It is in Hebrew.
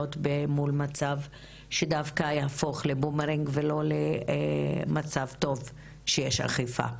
מול מצב שיהפוך לבומרנג ולא למצב טוב שיש אכיפה.